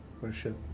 worship